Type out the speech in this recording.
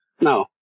No